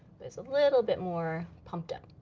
just a little bit more pumped up.